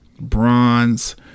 bronze